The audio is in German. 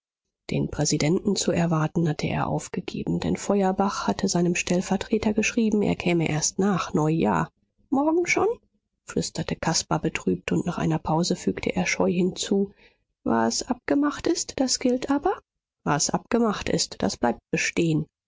den präsidenten zu erwarten hatte er aufgegeben denn feuerbach hatte seinem stellvertreter geschrieben er käme erst nach neujahr morgen schon flüsterte caspar betrübt und nach einer pause fügte er scheu hinzu was abgemacht ist das gilt aber was abgemacht ist das bleibt bestehen